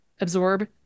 absorb